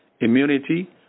immunity